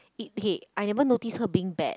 eat hate I never notice her being bad